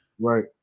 Right